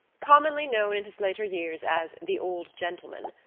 commonly known in his later years as the old gentleman,